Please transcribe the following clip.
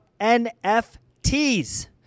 NFTs